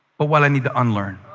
but what i need to unlearn.